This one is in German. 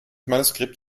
manuskript